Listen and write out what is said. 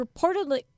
reportedly